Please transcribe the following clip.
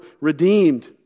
redeemed